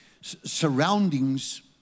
surroundings